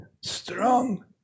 strong